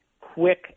quick